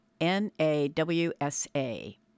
N-A-W-S-A